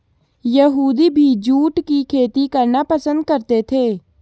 यहूदी भी जूट की खेती करना पसंद करते थे